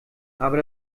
aber